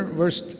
verse